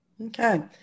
Okay